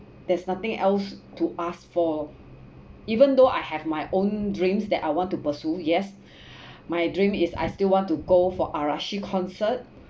there's nothing else to ask for even though I have my own dreams that I want to pursue yes my dream is I still want to go for arashi concert